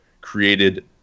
created